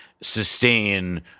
sustain